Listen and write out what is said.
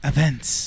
Events